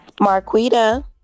Marquita